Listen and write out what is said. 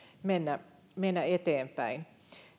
mennä mennä eteenpäin